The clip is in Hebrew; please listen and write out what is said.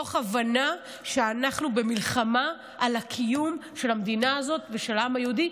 מתוך הבנה שאנחנו במלחמה על הקיום של המדינה הזאת ושל העם היהודי,